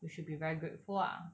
we should be very grateful ah